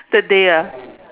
third day ah